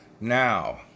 Now